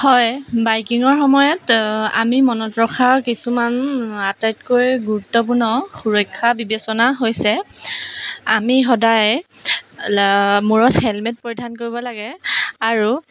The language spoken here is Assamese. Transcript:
হয় বাইকিঙৰ সময়ত আমি মনত ৰখা কিছুমান আটাইতকৈ গুৰুত্বপূৰ্ণ সুৰক্ষা বিবেচনা হৈছে আমি সদায় মূৰত হেলমেট পৰিধান কৰিব লাগে আৰু